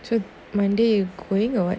so monday you going or what